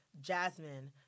Jasmine